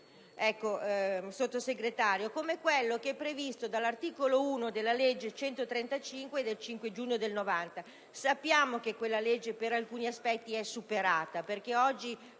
Sottosegretario, come quello previsto dall'articolo 1 della legge 5 giugno 1990, n. 135. Sappiamo che quella legge per alcuni aspetti è superata, perché oggi